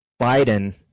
Biden